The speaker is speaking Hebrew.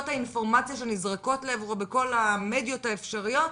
האינפורמציה שנזרקות לעברו בכל המדיות האפשריות,